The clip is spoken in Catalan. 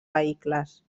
vehicles